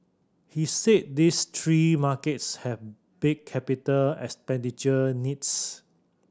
he said these three markets have big capital expenditure needs